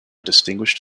distinguished